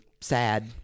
sad